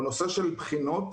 בנושא של בחינות,